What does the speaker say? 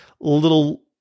little